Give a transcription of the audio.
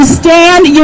stand